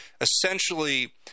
essentially